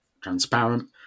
transparent